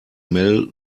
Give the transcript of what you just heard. mel